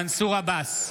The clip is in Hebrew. מנסור עבאס,